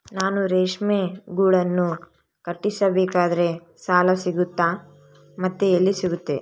ನಾನು ರೇಷ್ಮೆ ಗೂಡನ್ನು ಕಟ್ಟಿಸ್ಬೇಕಂದ್ರೆ ಸಾಲ ಸಿಗುತ್ತಾ ಮತ್ತೆ ಎಲ್ಲಿ ಸಿಗುತ್ತೆ?